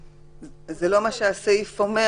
זה באמת לא מה שהסעיף אומר.